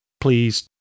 Please